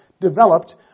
developed